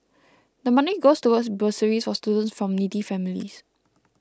the money goes towards bursaries for students from needy families